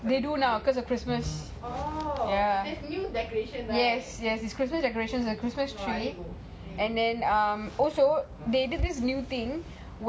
they do now because of christmas yes yes it's christmas decorations and christmas tree and then also um they did this new thing